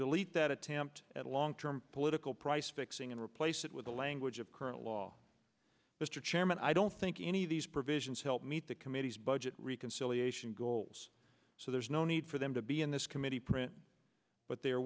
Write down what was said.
delete that attempt at long term political price fixing and replace it with the language of current law mr chairman i don't think any of these provisions help meet the committee's budget reconciliation goals so there's no need for them to be in this committee print but they're